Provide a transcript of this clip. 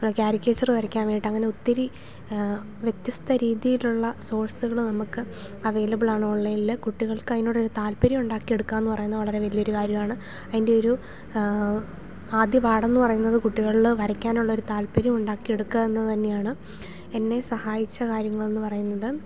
caricature വരയ്ക്കാൻ വേണ്ടിയിട്ട് അങ്ങനെ ഒത്തിരി വ്യത്യസ്ത രീതിയിലുള്ള സോഴ്സുകൾ നമുക്ക് അവൈലബിളാണ് ഓൺലൈനിൽ കുട്ടികൾക്ക് അതിനോട് ഒരു താല്പര്യം ഉണ്ടാക്കിയെടുക്കയെന്ന് പറയുന്നത് വളരെ വലിയൊരു കാര്യമാണ് അതിൻ്റെ ഒരു ആദ്യപാടം എന്നു പറയുന്നത് കുട്ടികളിൽ വരയ്ക്കാനുള്ളൊരു താല്പര്യം ഉണ്ടാക്കിയെടുക്കുക എന്നത് തന്നെയാണ് എന്നെ സഹായിച്ച കാര്യങ്ങൾ എന്നു പറയുന്നത്